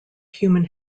human